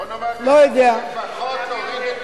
בוא נאמר שלפחות תוריד את